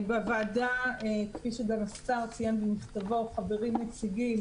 בוועדה, כפי שגם השר ציין במכתבו, חברים נציגים